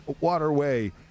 Waterway